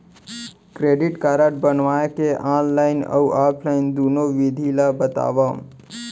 Credit card बनवाए के online अऊ ऑफलाइन दुनो विधि ला बतावव?